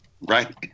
right